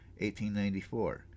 1894